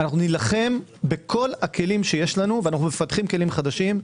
נילחם בכל הכלים שיש לנו ואנו מפתחים כלים חדשים.